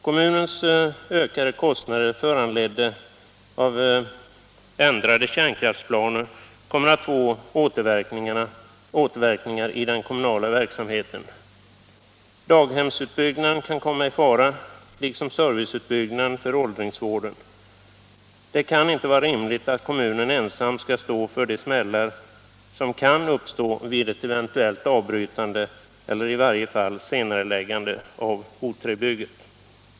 Kommunens ökade kostnader föranledda av ändrade kärnkraftsplaner kommer att få återverkningar i den kommunala verksamheten. Daghemsutbyggnaden kan komma i fara liksom serviceutbyggnaden för åldringsvården. Det kan inte vara rimligt att kommunen ensam skall stå för de smällar som kan uppstå vid ett eventuellt avbrytande eller i varje fall senareläggande av O 3 bygget.